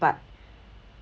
but